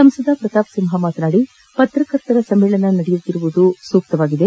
ಸಂಸದ ಪ್ರತಾಪ್ ಸಿಂಹ ಮಾತನಾಡಿ ಪತ್ರಕರ್ತರ ಸಮ್ಮೇಳನ ನಡೆಯುತ್ತಿರುವುದು ಸೂಕ್ತವಾಗಿದೆ